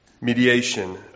mediation